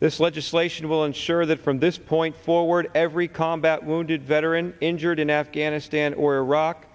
this legislation will ensure that from this point forward every combat wounded veteran injured in afghanistan or iraq